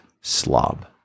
slob